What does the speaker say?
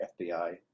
FBI